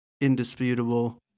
indisputable